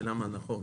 השאלה מה נכון.